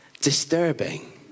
disturbing